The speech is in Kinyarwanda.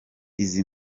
izi